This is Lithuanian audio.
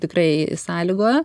tikrai sąlygojo